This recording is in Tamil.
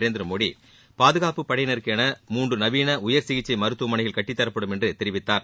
நரேந்திமோடி பாதுகாப்புப் படையினருக்கு என நவீன உயர்சிகிச்சை முன்று மருத்துவமனைகள் கட்டித்தரப்படும் என்று தெரிவித்தார்